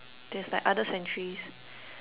there's like other centuries